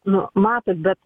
nu matot bet